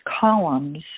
columns